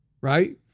Right